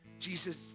Jesus